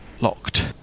locked